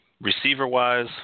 Receiver-wise